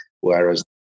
whereas